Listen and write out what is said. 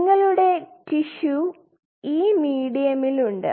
നിങ്ങളുടെ ടിഷ്യു ഈ മീഡിയമ്മിൽ ഉണ്ട്